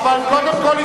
קודם כול,